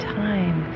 time